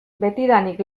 betidanik